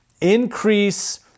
increase